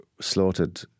slaughtered